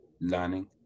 learning